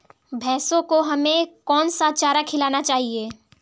भैंसों को हमें कौन सा चारा खिलाना चाहिए?